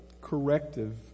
corrective